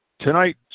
Tonight